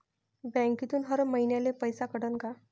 बँकेतून हर महिन्याले पैसा कटन का?